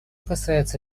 касается